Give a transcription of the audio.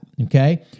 Okay